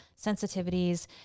Sensitivities